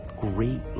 great